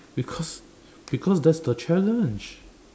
because because that's the challenge